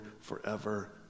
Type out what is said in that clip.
forever